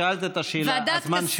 את שאלת אם חשבתי שנתניהו יהיה, כן.